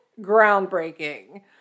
groundbreaking